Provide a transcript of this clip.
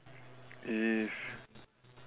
if